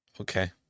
Okay